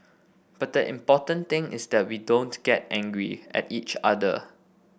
but the important thing is that we don't get angry at each other